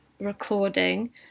recording